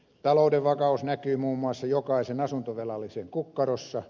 talouden vakaus näkyy muun muassa jokaisen asuntovelallisen kukkarossa